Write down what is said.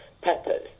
peppers